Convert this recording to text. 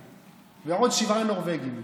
מאחשוורוש.